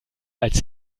als